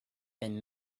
been